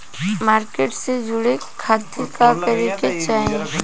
Market से जुड़े खाती का करे के चाही?